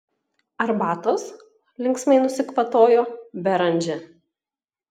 arbatos linksmai nusikvatojo beranžė